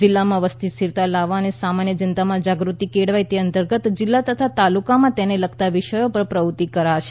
જિલ્લામાં વસ્તી સ્થિરતા લાવવા અને સામાન્ય જનતામાં જાગૃત્તિ કેળવાય તે અંતર્ગત જિલ્લા તથા તાલુકામાં તેને લગતાં વિષયો પર પ્રવૃત્તિઓ કરાશે